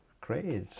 great